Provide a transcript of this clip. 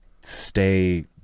stay